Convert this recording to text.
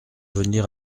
venir